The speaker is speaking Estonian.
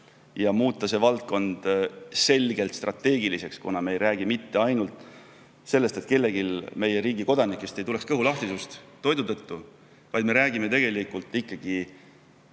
ja muuta see valdkond selgelt strateegiliseks. Kuna me ei räägi mitte ainult sellest, et kellelgi meie riigi kodanikest ei tuleks kõhulahtisust toidu tõttu, vaid me räägime ikkagi